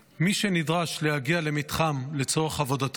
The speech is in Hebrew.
מי שנדרש להגיע למתחם לצורך עבודתו,